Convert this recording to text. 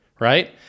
right